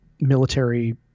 military